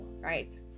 right